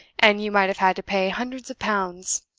and you might have had to pay hundreds of pounds.